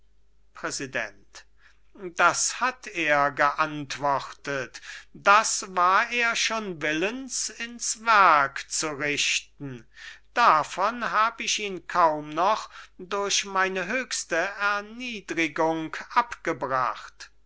präsident das hat er geantwortet das war er schon willens ins werk zu richten davon hab ich ihn kaum noch durch meine höchste erniedrigung abgebracht